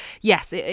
yes